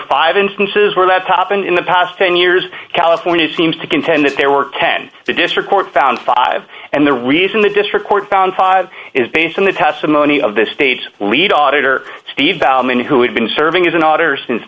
five instances where that top and in the past ten years california seems to contend that there were ten the district court found five and the reason the district court found five is based on the testimony of the state's lead auditor steve bauman who had been serving as an auditor since